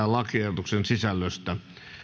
lakiehdotuksen sisällöstä